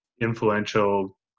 influential